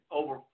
over